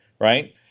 Right